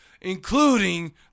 including